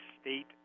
state